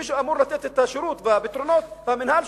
מי שאמור לתת את השירות והפתרונות זה המינהל,